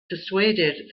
persuaded